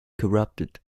corrupted